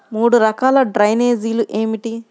మూడు రకాల డ్రైనేజీలు ఏమిటి?